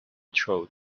throat